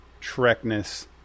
Trekness